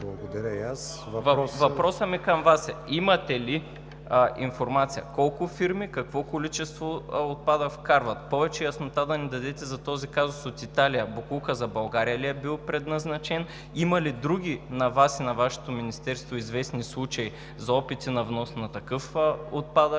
Въпросът ми към Вас е: имате ли информация колко фирми какво количество отпадък вкарват? Повече яснота да ни дадете за този казус от Италия: боклукът за България ли е бил предназначен; има ли други известни случаи – на Вас и на Вашето министерство, за опити на внос на такъв отпадък,